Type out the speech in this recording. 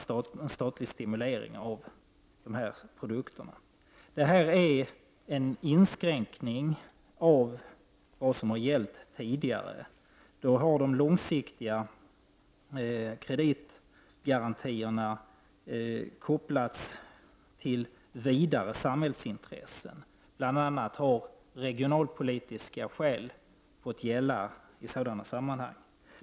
Innehållet i regeringens proposition innebär en inskränkning av vad som har gällt tidigare. Förut har långsiktiga kreditgarantier kopplats till vidare samhällsintressen. Bl.a. har regionalpolitiska skäl beaktats i sådana sammanhang.